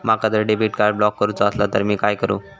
माका जर debit card block करूचा असला तर मी काय करू?